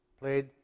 played